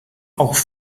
auch